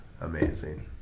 amazing